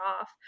off